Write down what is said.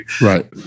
Right